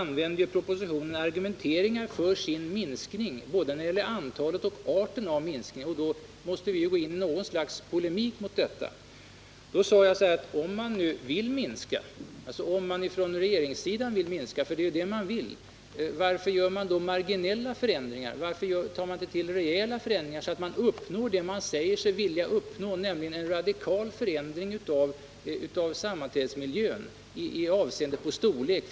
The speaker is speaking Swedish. Eftersom propositionen argumenterar för en minskning, både när det gäller antalet representanter och när det gäller arten av minskningen, måste vi gå i någon sorts polemik. Om regeringssidan vill göra en minskning — för det är ju det man vill —, varför vidtar man då bara marginella förändringar? Varför tar man inte i stället till rejäla förändringar, så att man uppnår det som man säger sig vilja uppnå, nämligen en radikal förändring av sammanträdesmiljön i avseende på storlek?